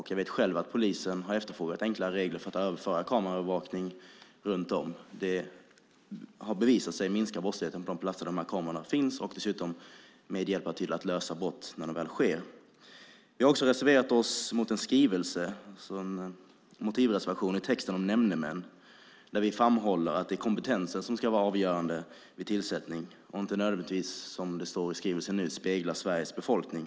Jag vet att polisen har efterfrågat enklare regler för att utföra kameraövervakning runt om. Det har bevisligen minskat brottsligheten på de platser där de här kamerorna finns, och dessutom hjälper de till att lösa brott när de väl sker. Vi har också en motivreservation när det gäller texten om nämndemän. Vi framhåller att det är kompetensen som ska vara avgörande vid tillsättning och inte, som det står nu, att det ska spegla Sveriges befolkning.